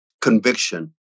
conviction